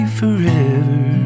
forever